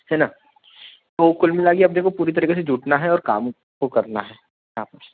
है ना तो कुल मिलाकर अब देखो पूरी तरीके से जुटना है और काम को करना है आपस में